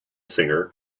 singer